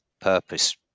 purpose